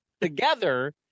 together